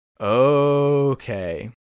Okay